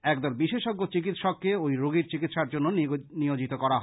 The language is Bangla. একদল বিশেষজ্ঞ চিকিৎসককে ঐ রোগীর চিকিৎসার জন্য নিয়োজিত করা হয়